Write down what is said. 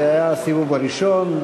זה היה הסיבוב הראשון,